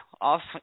off